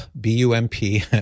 b-u-m-p